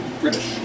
British